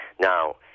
Now